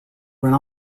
went